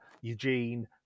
Eugene